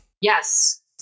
Yes